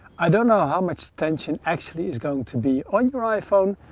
i don't know how much tension actually is going to be on your iphone,